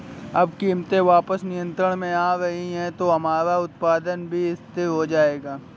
अब कीमतें वापस नियंत्रण में आ रही हैं तो हमारा उत्पादन भी स्थिर हो जाएगा